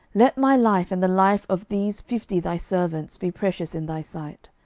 let my life, and the life of these fifty thy servants, be precious in thy sight.